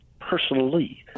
personally